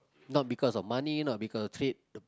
not because of money not because